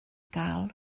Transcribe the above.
gael